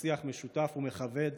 בשיח משותף ומכבד,